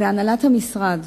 והנהלת המשרד,